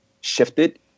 shifted